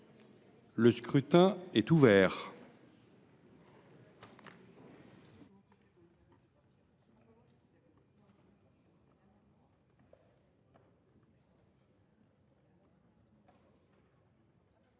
Le scrutin est ouvert.